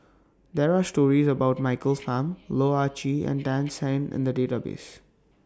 There Are stories about Michael Fam Loh Ah Chee and Tan Shen in The Database